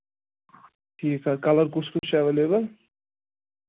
ٹھیٖک حظ کَلر کُس کُس چھِ اٮ۪ویلیبٕل